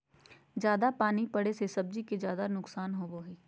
जयादा पानी पड़े से सब्जी के ज्यादा नुकसान होबो हइ